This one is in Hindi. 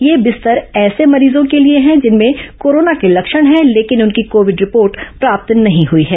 ये बिस्तर ऐसे मरीजों के लिए हैं जिनमें कोरोना के लक्षण है लेकिन उनकी कोविड रिपोर्ट प्राप्त नहीं हुई है